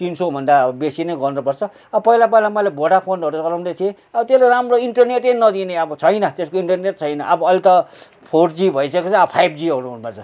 तिन सयभन्दा बेसी नै गर्नुपर्छ अब पहिला पहिला मैले भोडाफोनहरू चलाउँदै थिएँ अब त्यसले राम्रो इन्टरनेटै नदिने अब छैन त्यसको इन्टरनेट छैन अब अहिले त फोर जी भइसकेछ अब फाइभ जीहरू हुनुपर्छ